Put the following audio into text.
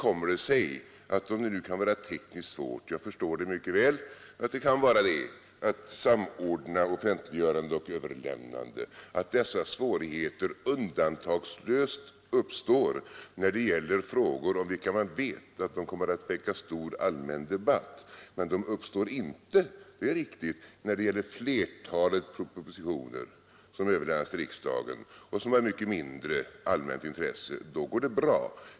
Om det nu är tekniskt svårt — det förstår jag mycket väl att det kan vara — att samordna offentliggörande och överlämnande, hur kommer det sig då att dessa svårigheter undantagslöst uppstår när det gäller frågor, om vilka man vet att de kommer att väcka stor allmän debatt? Sådana svårigheter uppstår inte — det är riktigt — när det gäller flertalet propositioner som överlämnas till riksdagen och som är av mycket mindre allmänt intresse. Då går det bra.